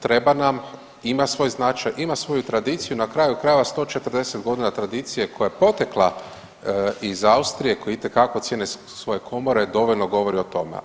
Treba nam, ima svoj značaj, ima svoju tradiciju na kraju krajeva 140 godina tradicije koja je potekla iz Austrije koje itekako cijene svoje komore dovoljno govori o tome.